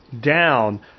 down